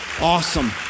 Awesome